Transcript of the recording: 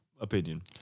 opinion